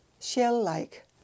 shell-like